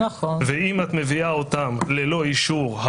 אם את מביאה אותם ללא אישור,